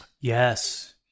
yes